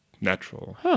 natural